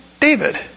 David